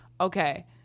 okay